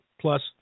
plus